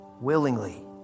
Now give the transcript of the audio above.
willingly